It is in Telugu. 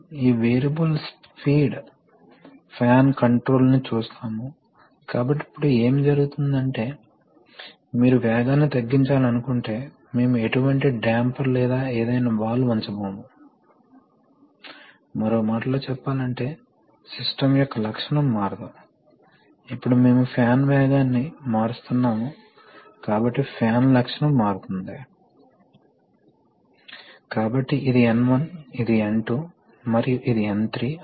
కాబట్టి వీటిని జాగ్రత్తగా చూసుకోవడానికి మనకు పరికరాలు అవసరం కాబట్టి ఒక యంత్రానికి తగిన స్థాయికి ప్రెషర్ ని తగ్గించడానికి ఒక రెగ్యులేటర్ ఉపయోగించబడుతుంది మరియు ఇది యంత్రానికి చేరుకోవడానికి ఎయిర్ డిస్ట్రిబ్యూషన్ డక్ పై ప్రెషర్ హెచ్చుతగ్గులను నిరోధిస్తుంది మరియు సాధారణంగా రెగ్యులేటర్ సెట్టింగుల కోసం సెట్టింగులు సర్దుబాటు చేయవచ్చు మరియు ఇది సెల్ఫ్ రెలైవింగ్ కలిగించేది ఇన్లెట్ ప్రెషర్ ఎక్కువగా ఉంటే అది సాధారణంగా ఆ ప్రెషర్ ని తగ్గిస్తుంది